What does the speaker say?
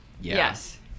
Yes